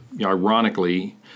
ironically—